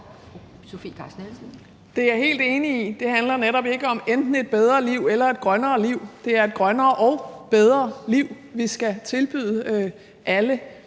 Det er jeg helt enig i. Det handler netop ikke om enten et bedre liv eller et grønnere liv. Det er et grønnere og bedre liv, vi skal tilbyde alle